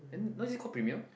then not is it called premium